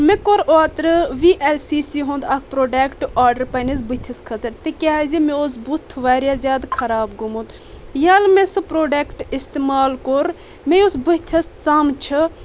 مےٚ کوٚر اوٚترٕ وی اٮ۪ل سی سی ہُنٛد اکھ پروڈٮ۪کٹ آرڈر پننس بٕتھِس خٲطرٕ تِکیٛازِ مےٚ اوس بُتھ واریاہ زیادٕ خراب گوٚمُت ییٚلہِ مےٚ سُہ پروڈٮ۪کٹ استعمال کوٚر مےٚ یۄس بٕتھِس ژم چھِ